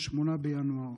8 בינואר,